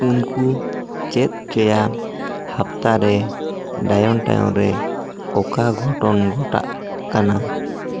ᱩᱱᱠᱩ ᱪᱮᱫᱽ ᱪᱚᱭᱟ ᱦᱟᱯᱛᱟ ᱨᱮ ᱰᱟᱭᱚᱱᱴᱟᱭᱚᱱ ᱨᱮ ᱚᱠᱟ ᱜᱷᱚᱴᱚᱱ ᱜᱷᱚᱴᱟᱜ ᱠᱟᱱᱟ